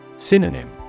Synonym